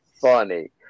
funny